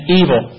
evil